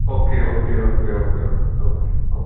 okay okay okay okay okay okay okay